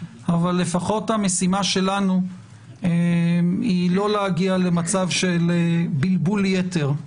אבל לפחות המשימה שלנו היא לא להגיע למצב של בלבול יתר,